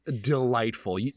delightful